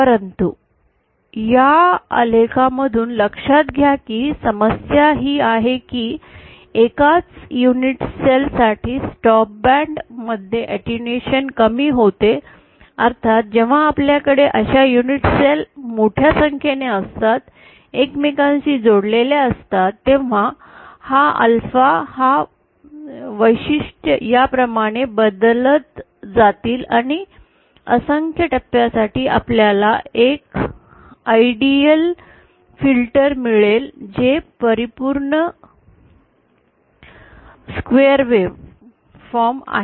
परंतु या आलेखमधूनच लक्षात घ्या की समस्या ही आहे की एकाच युनिट सेल साठी स्टॉप बँड मध्ये अटेन्यूएशन कमी होते अर्थात जेव्हा आपल्याकडे अशा युनिट सेल मोठ्या संख्येने असतात एकमेकांशी जोडलेले असतात तेव्हा हा अल्फा हा वैशिष्ट्ये याप्रमाणे बदलत जातील आणि असंख्य टप्प्यासाठी आपल्याला एक आयडीईएल फिल्टर मिळेल जे परिपूर्ण स्क्वेअर वेव्ह फॉर्म आहे